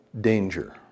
Danger